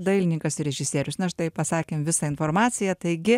dailininkas ir režisierius na štai pasakėm visą informaciją taigi